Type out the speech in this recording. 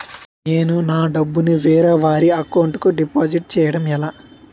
నేను నా డబ్బు ని వేరే వారి అకౌంట్ కు డిపాజిట్చే యడం ఎలా?